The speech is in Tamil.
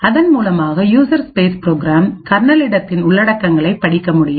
அதன் மூலமாக யூசர்ஸ்பேஸ் ப்ரோக்ராம் கர்னல் இடத்தின் உள்ளடக்கங்களைப் படிக்க முடியும்